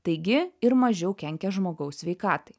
taigi ir mažiau kenkia žmogaus sveikatai